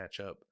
matchup